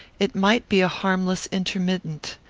it might be a harmless intermittent.